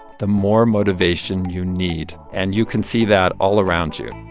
the more motivation you need. and you can see that all around you.